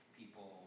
people